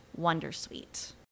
Wondersuite